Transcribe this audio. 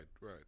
right